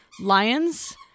lions